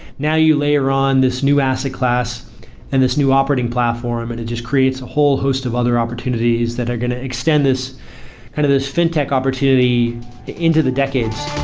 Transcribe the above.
now you layer on this new asset class and this new operating platform and it just creates a whole host of other opportunities that are going to extend this kind of this fintech opportunity into the decades